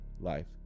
life